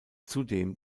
zudem